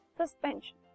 suspension